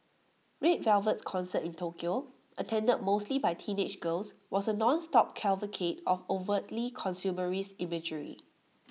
red Velvet's concert in Tokyo attended mostly by teenage girls was A non stop cavalcade of overtly consumerist imagery